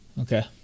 Okay